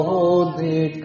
Holy